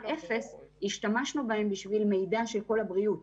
אפס השתמשנו בהם בשביל מידע של call הבריאות.